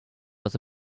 was